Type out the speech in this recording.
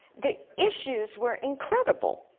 the issues were incredible.